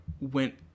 went